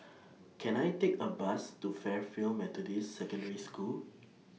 Can I Take A Bus to Fairfield Methodist Secondary School